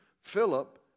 Philip